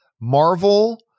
Marvel